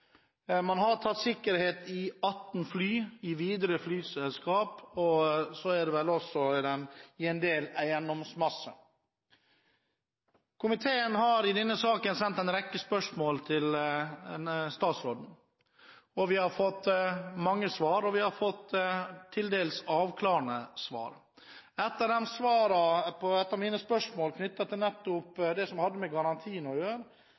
Man har tatt sikkerhet i 18 fly, i Widerøe flyselskap og vel også i en del eiendomsmasse. Komiteen har i denne saken sendt en rekke spørsmål til statsråden. Vi har fått mange svar, og vi har fått til dels avklarende svar. I ett av svarene på et av mine spørsmål om det som hadde med garantien å gjøre,